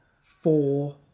four